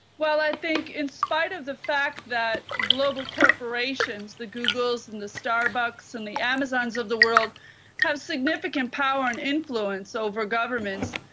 well, i think in spite of the fact that global corporations the googles, and the starbucks and the amazons of the world have significant power and influence over governments,